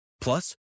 Plus